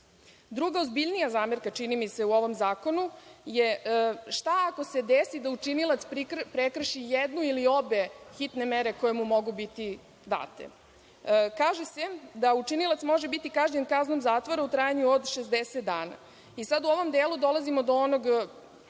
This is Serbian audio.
ozbiljnija zamerka u ovom zakonu je šta ako se desi da učinilac prekrši jednu ili obe hitne mere koje mu mogu biti date? Kaže se da učinilac može biti kažnjen kaznom zatvora u trajanju od 60 dana. Sada u ovom delu dolazimo do onoga